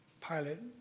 pilot